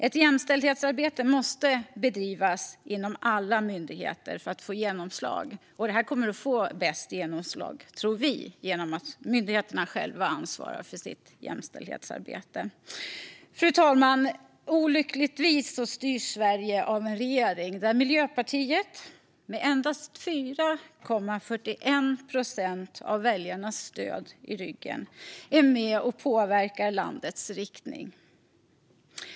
Ett jämställdhetsarbete måste bedrivas inom alla myndigheter för att få genomslag, och det här tror vi kommer att få bäst genomslag om myndigheterna själva ansvarar för sitt jämställdhetsarbete. Fru talman! Olyckligtvis styrs Sverige av en regering där Miljöpartiet, med endast 4,41 procent av väljarnas stöd i ryggen, är med och påverkar landets riktning.